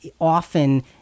often